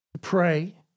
pray